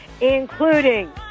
including